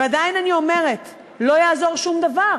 ועדיין אני אומרת: לא יעזור שום דבר,